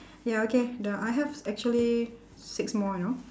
ya okay the I have actually six more you know